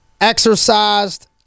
Exercised